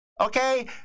okay